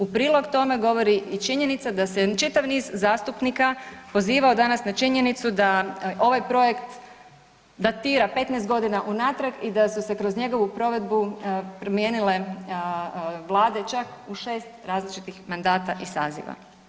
U prilog tome govori i činjenica da se čitav niz zastupnika pozivao danas na činjenicu da ovaj projekt datira 15 godina unatrag i da su se kroz njegovu provedbu promijenile vlade čak u 6 različitih mandata i saziva.